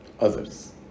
others